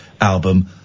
album